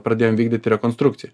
pradėjom vykdyti rekonstrukciją